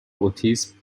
اوتیسم